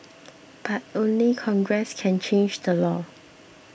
but only congress can change the law